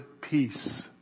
peace